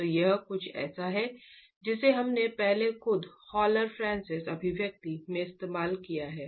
तो यह कुछ ऐसा है जिसे हमने पहले खुद हॉलर फ्रांसिस अभिव्यक्ति में इस्तेमाल किया है